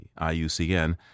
IUCN